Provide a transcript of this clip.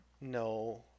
No